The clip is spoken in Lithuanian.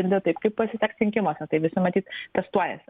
ir ne taip kaip pasiseks rinkimuose tai visi matyt testuojasi